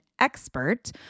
expert